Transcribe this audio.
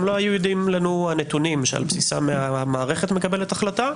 לא היו ידועים לנו הנתונים שעל בסיסם המערכת מקבלת החלטה,